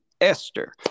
esther